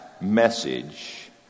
message